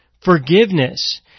forgiveness